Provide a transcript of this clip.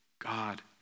God